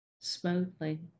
smoothly